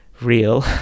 real